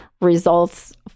results